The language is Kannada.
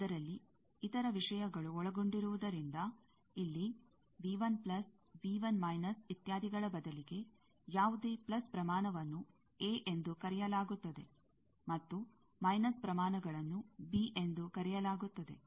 ಅದರಲ್ಲಿ ಇತರ ವಿಷಯಗಳು ಒಳಗೊಂಡಿರುವುದರಿಂದ ಇಲ್ಲಿ ಇತ್ಯಾದಿಗಳ ಬದಲಿಗೆ ಯಾವುದೇ ಪ್ಲಸ್ ಪ್ರಮಾಣವನ್ನು ಎ ಎಂದು ಕರೆಯಲಾಗುತ್ತದೆ ಮತ್ತು ಮೈನಸ್ ಪ್ರಮಾಣಗಳನ್ನು ಬಿ ಎಂದು ಕರೆಯಲಾಗುತ್ತದೆ